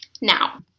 Now